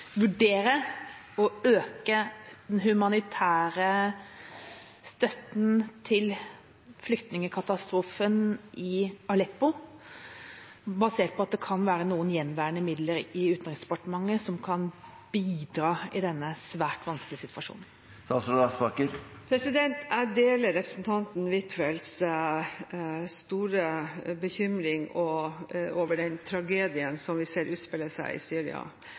vurdere å øke den humanitære støtten til flyktningkatastrofen i Aleppo, basert på at det kan være noen gjenværende midler i Utenriksdepartementet som kan bidra i denne svært vanskelige situasjonen? Jeg deler representanten Huitfeldts store bekymring for den tragedien som vi ser utspiller seg i Syria,